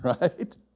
Right